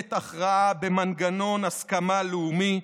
מחייבת הכרעה במנגנון הסכמה לאומי.